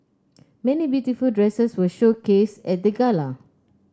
many beautiful dresses were showcased at the gala